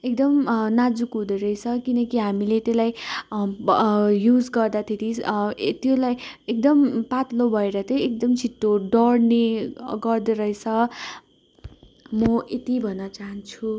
एकदम नाजुक हुँदो रहेछ किनकि हामीले त्यसलाई युज गर्दाखेरि त्यसलाई एकदम पातलो भएर चाहिँ एकदम छिटो डढ्ने गर्दो रहेछ म यति भन्न चाहन्छु